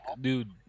dude